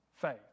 Faith